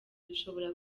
dushobora